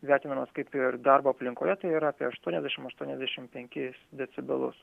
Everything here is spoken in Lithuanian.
vertinamas kaip ir darbo aplinkoje tai yra apie aštuoniasdešimt aštuoniasdešimt penkis decibelus